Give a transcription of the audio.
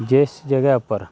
जिस जगह् उप्पर